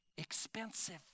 expensive